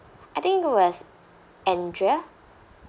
I think it was andrea